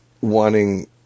wanting